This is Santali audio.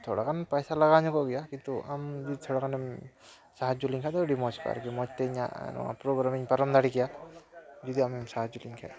ᱛᱷᱚᱲᱟᱜᱟᱱ ᱯᱟᱭᱥᱟ ᱞᱟᱜᱟᱣ ᱧᱚᱜᱚᱜ ᱜᱮᱭᱟ ᱠᱤᱱᱛᱩ ᱟᱢ ᱡᱩᱫᱤ ᱛᱷᱚᱲᱟ ᱜᱟᱱᱮᱢ ᱥᱟᱦᱟᱡᱽᱡᱚ ᱞᱤᱧ ᱠᱷᱟᱱ ᱫᱚ ᱟᱹᱰᱤ ᱢᱚᱡᱽ ᱠᱚᱜᱼᱟ ᱟᱨᱠᱤ ᱢᱚᱡᱽ ᱛᱮ ᱤᱧᱟᱹ ᱱᱚᱣᱟ ᱯᱨᱳᱜᱨᱟᱢ ᱤᱧ ᱯᱟᱨᱚᱢ ᱫᱟᱲᱮ ᱠᱮᱭᱟ ᱡᱩᱫᱤ ᱟᱢᱮᱢ ᱥᱟᱦᱟᱡᱽᱡᱚ ᱠᱤᱧ ᱠᱮᱭᱟ